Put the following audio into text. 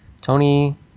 Tony